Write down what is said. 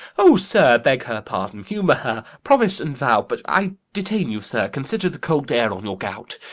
oh, sir, beg her pardon, humour her promise and vow but i detain you, sir consider the cold air on your gout.